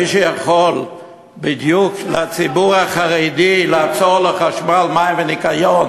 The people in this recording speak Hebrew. מי שיכול בדיוק לציבור החרדי לעצור חשמל מים וניקיון